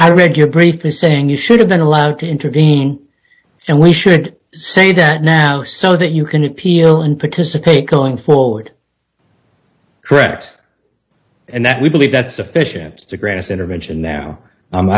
your brief is saying you should have been allowed to intervene and we should say that now so that you can appeal and participate going forward correct and that we believe that's sufficient to grant us intervention now